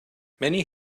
many